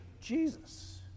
Jesus